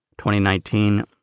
2019